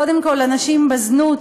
קודם כול לנשים בזנות,